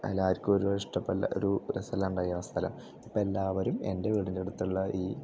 എല്ലാവർക്കും ഒരു ഇഷ്ടപ്പെടില്ല ഒരു രസോല്ലാണ്ടായി ആ സ്ഥലം ഇപ്പം എല്ലാവരും എൻ്റെ വീടിൻ്റെ അടുത്തുള്ള ഈ